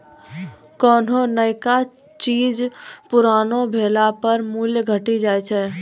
कोन्हो नयका चीज पुरानो भेला पर मूल्य घटी जाय छै